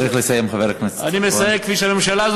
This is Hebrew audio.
צריך לסיים, חבר הכנסת יצחק כהן.